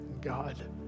god